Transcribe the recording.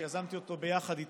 שיזמתי אותו ביחד איתה,